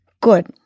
Good